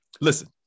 Listen